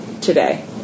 today